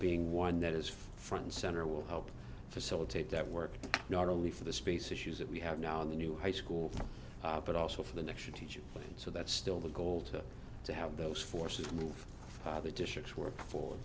being one that is front and center will help facilitate that work not only for the space issues that we have now in the new high school but also for the next teacher and so that's still the goal to to have those forces move out of the districts where for